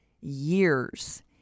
years